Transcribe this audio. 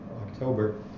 October